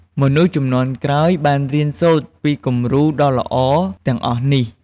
មនុស្សជំនាន់ក្រោយបានរៀនសូត្រពីគំរូដ៏ល្អទាំងអស់នេះ។